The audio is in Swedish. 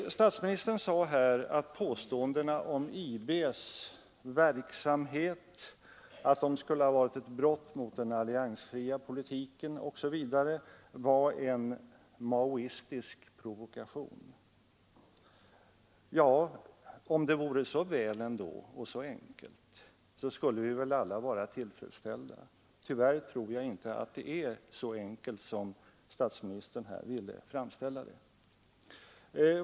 Statsministern sade här att påståendena om IB:s verksamhet — att den Nr 43 skulle ha varit ett brott mot den alliansfria politiken osv. — var en Onsdagen den maoistisk provokation. Ja, om det vore så enkelt, så skulle vi väl alla vara 20 mars 1974 tillfredsställda. Tyvärr tror jag inte att det är så enkelt som statsministern här ville framställa det.